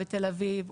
בתל אביב,